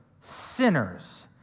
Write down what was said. sinners